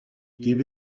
give